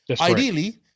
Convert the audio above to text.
Ideally